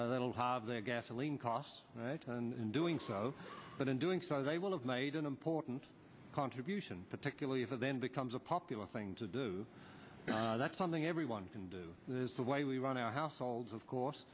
and they will have their gasoline costs right and doing so but in doing so they will have made an important contribution particularly if it then becomes a popular thing to do that's something everyone can do it is the way we run our households of course